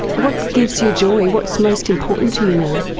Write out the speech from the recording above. what gives you joy? what's most important to you now?